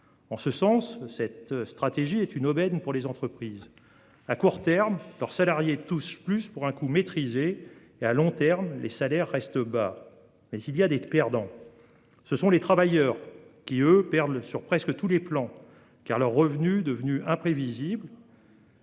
salaires. Cette stratégie est une aubaine pour les entreprises : à court terme, leurs salariés touchent plus, pour un coût maîtrisé ; à long terme, les salaires restent bas. Mais il y a des perdants. Ce sont les travailleurs, qui, eux, perdent sur presque tous les plans. En effet, leurs revenus deviennent imprévisibles.